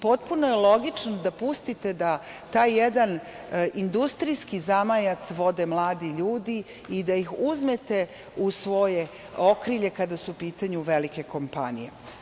Potpuno je logično da pustite da taj jedan industrijski zamajac vode mladi ljudi i da ih uzmete u svoje okrilje kada su u pitanju velike kompanije.